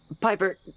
Piper